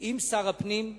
ועם שר הפנים,